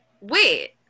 wait